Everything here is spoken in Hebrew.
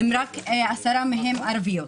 רק 10 מהן ערביות.